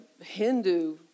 Hindu